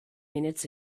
minutes